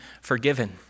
forgiven